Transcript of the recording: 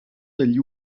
degli